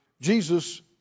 Jesus